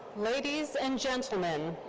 ladies and gentlemen,